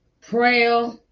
prayer